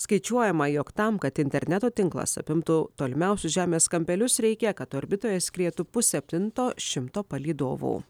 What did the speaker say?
skaičiuojama jog tam kad interneto tinklas apimtų tolimiausius žemės kampelius reikia kad orbitoje skrietų pusseptinto šimto palydovų